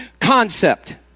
concept